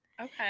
Okay